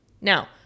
Now